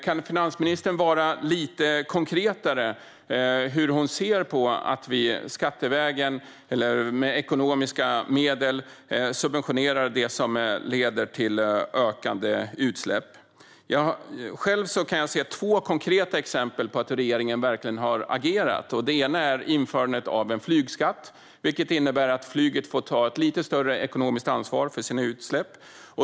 Kan finansministern vara lite mer konkret gällande hur hon ser på att vi skattevägen eller med ekonomiska medel subventionerar det som leder till ökade utsläpp? Själv kan jag se två konkreta exempel på att regeringen verkligen har agerat. Det ena är införandet av en flygskatt, vilket innebär att flyget får ta ett lite större ekonomiskt ansvar för sina utsläpp.